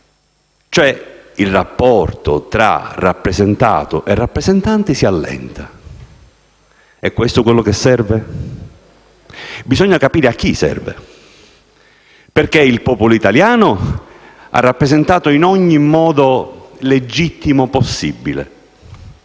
Il rapporto tra rappresentato e rappresentanti si allenta. È questo quello che serve? Bisogna capire a chi serve. Il popolo italiano ha rappresentato in ogni modo legittimo possibile